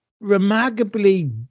remarkably